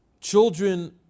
children